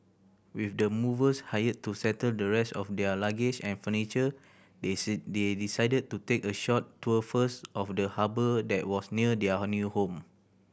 with the movers hired to settle the rest of their luggage and furniture they say they decided to take a short tour first of the harbour that was near their new home